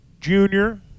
junior